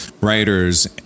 writers